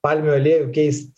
palmių aliejų keist